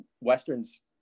Westerns